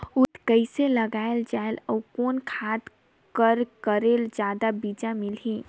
उरीद के कइसे लगाय जाले अउ कोन खाद कर करेले जादा बीजा मिलही?